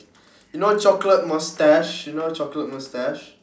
you know chocolate moustache you know chocolate moustache